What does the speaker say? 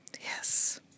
Yes